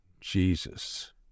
Jesus